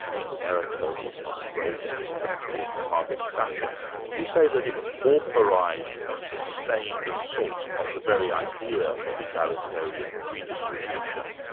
in america with ronald reagan, in britain with margaret thatcher you say that it authorised a sustained assault on the very idea of egalitarian redistribution.